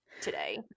today